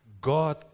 God